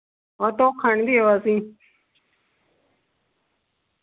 वा धोखा निं दियो असें